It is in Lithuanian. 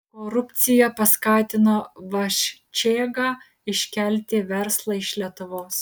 korupcija paskatino vaščėgą iškelti verslą iš lietuvos